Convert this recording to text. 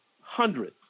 hundreds